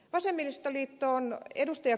vasemmistoliiton ed